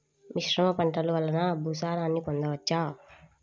మిశ్రమ పంటలు వలన భూసారాన్ని పొందవచ్చా?